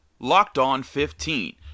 LOCKEDON15